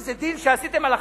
איזה דיל שעשיתם על החרדים?